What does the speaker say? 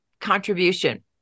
contribution